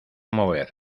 mover